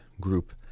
group